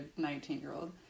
19-year-old